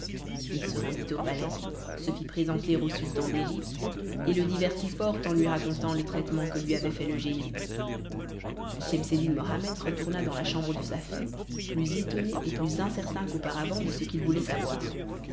il se rendit au palais se fit présenter au sultan d'égypte et le divertit fort en lui racontant le traitement que lui avait fait le génie schemseddin mohammed retourna dans la chambre de sa fille plus étonné et plus incertain qu'auparavant de ce qu'il voulait savoir